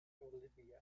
olivia